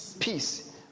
peace